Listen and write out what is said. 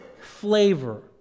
flavor